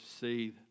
See